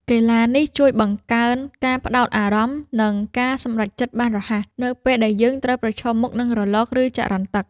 កីឡានេះជួយបង្កើនការផ្ដោតអារម្មណ៍ និងការសម្រេចចិត្តបានរហ័ស នៅពេលដែលយើងត្រូវប្រឈមមុខនឹងរលក ឬចរន្តទឹក។